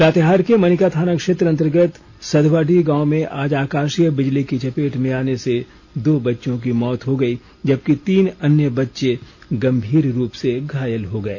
लातेहार के मनिका थाना क्षेत्र अंतर्गत सधवाडीह गांव में आज आकाशीय बिजली की चपेट में आने से दो बच्चों की मौत हो गई जबकि चार अन्य बच्चे गंभीर रूप से घायल हो गए